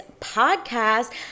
podcast